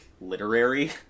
literary